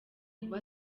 kuba